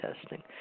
testing